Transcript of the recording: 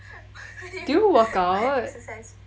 do you work out